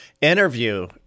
interview